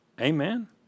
Amen